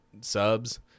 subs